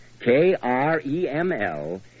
K-R-E-M-L